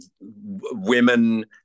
women